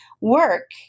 Work